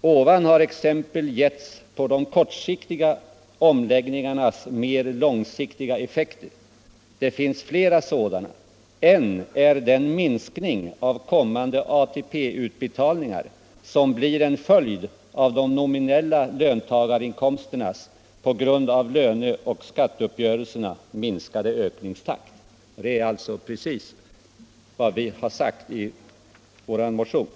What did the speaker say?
”Ovan har exempel getts på de kortsiktiga omläggningarnas mer långsiktiga effekter. Det finns fler sådana. En är den minskning av kommande ATP-utbetalningar som blir en följd av de nominella löntagarinkomsternas — på grund av löneoch skatteuppgörelserna —- minskade ökningstakt.” Det är precis vad vi har sagt i vår motion.